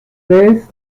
vez